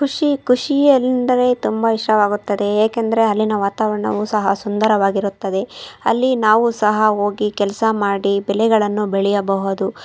ಕೃಷಿ ಕೃಷಿಯೆಂದರೆ ತುಂಬ ಇಷ್ಟವಾಗುತ್ತದೆ ಏಕೆಂದರೆ ಅಲ್ಲಿನ ವಾತಾವರಣವೂ ಸಹ ಸುಂದರವಾಗಿರುತ್ತದೆ ಅಲ್ಲಿ ನಾವೂ ಸಹ ಹೋಗಿ ಕೆಲಸ ಮಾಡಿ ಬೆಳೆಗಳನ್ನು ಬೆಳೆಯಬಹುದು